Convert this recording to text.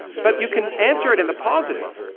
but you can answer it in the positive,